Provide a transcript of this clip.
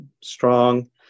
strong